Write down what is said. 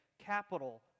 capital